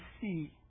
see